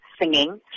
singing